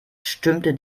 stimmte